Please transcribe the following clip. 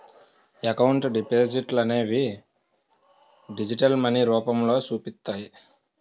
account డిపాజిట్లనేవి digital money రూపంలో చూపిస్తాయి